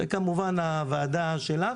וכמובן הוועדה שלך,